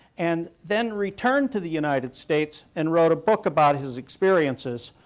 and then returned to the united states and wrote a book about his experiences